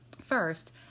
first